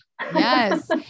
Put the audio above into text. yes